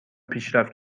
پیشرفت